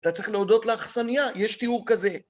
אתה צריך להודות לאכסניה, יש תיאור כזה.